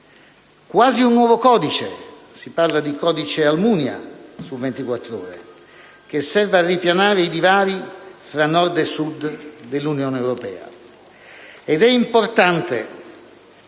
Quasi un nuovo codice - si parla di codice Almunia su «Il Sole 24 Ore» - che serve a ripianare il divario tra Nord e Sud dell'Unione europea. Ed è importante